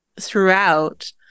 throughout